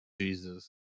Jesus